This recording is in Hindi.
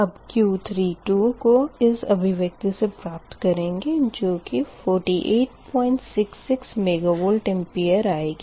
अब Q32 को इस अभिव्यक्ति से प्राप्त करेंगे जो कि 4866 मेगवार आएगी